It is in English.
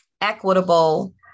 equitable